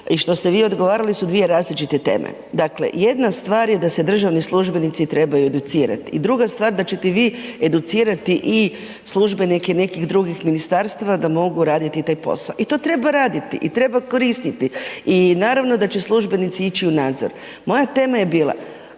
i što ste vi odgovarali su dvije različite teme. Dakle jedna stvar je da se državni službenici trebaju educirati i druga stvar da ćete vi educirati i službenike nekih drugih ministarstva da mogu raditi taj posao i to treba raditi i treba koristiti i naravno da će službenici ići u nadzor. Moja tema je bila